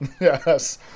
yes